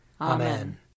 Amen